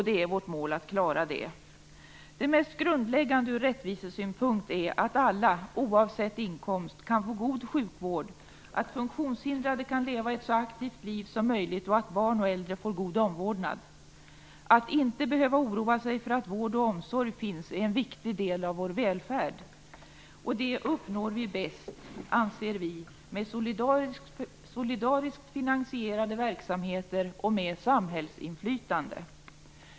Det är vårt mål att klara det. Det mest grundläggande ur rättvisesynpunkt är att alla, oavsett inkomst, kan få god sjukvård, att funktionshindrade kan leva ett så aktivt liv som möjligt och att barn och äldre får god omvårdnad. Att inte behöva oroa sig för att vård och omsorg finns är en viktig del av vår välfärd. Detta uppnår vi bäst, anser vi, med solidariskt finansierade verksamheter och med samhällsinflytande.